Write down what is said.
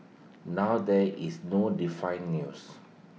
now there is no define news